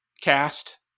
cast